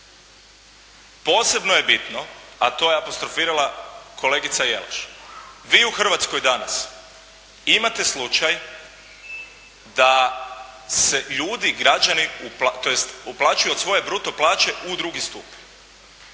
Posebno je bitno, a to je apostrofirala kolegica Jelaš, vi u Hrvatskoj danas imate slučaj da se ljudi, građani uplaćuju od svoje bruto plaće u drugi stup.